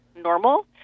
normal